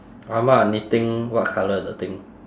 ah ma knitting what colour the thing